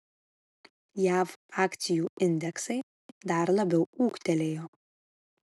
jav akcijų indeksai dar labiau ūgtelėjo